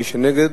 מי שנגד,